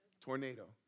tornado